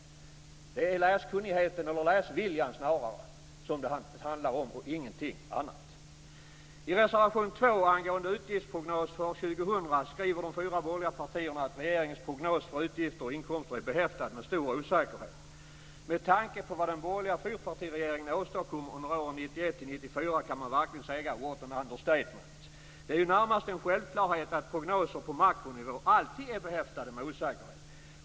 Det är läskunnigheten eller snarare läsviljan det handlar om och ingenting annat. 2000 skriver de fyra borgerliga partierna att regeringens prognos för utgifter och inkomster är behäftad med stor osäkerhet. Med tanke på vad den borgerliga fyrpartiregeringen åstadkom under åren 1991-1994 kan man verkligen säga: What an understatement. Det är ju närmast en självklarhet att prognoser på makronivå alltid är behäftade med osäkerhet.